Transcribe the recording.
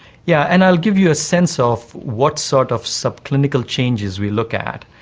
yeah and i'll give you a sense of what sort of subclinical changes we look at.